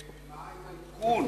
ומה עם עדכון